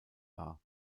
wahr